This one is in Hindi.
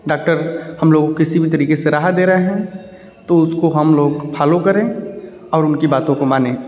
डाक्टर हम लोगों को किसी भी तरीके से रहा दे रहे हैं तो उसको हम लोग फालो करें और उनकी बातों को मानें